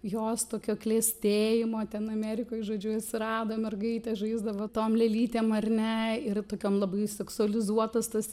jos tokio klestėjimo ten amerikoj žodžiu atsirado mergaitė žaisdavo tom lėlytėm ar ne ir tokiam labai seksualizuotas tas